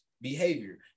behavior